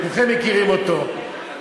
כולכם מכירים אותו,